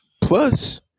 plus